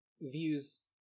views